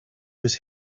was